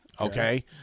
okay